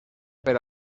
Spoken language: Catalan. per